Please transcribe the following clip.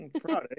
Friday